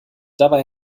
dabei